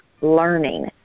learning